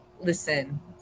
listen